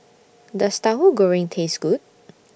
Does Tauhu Goreng Taste Good